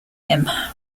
him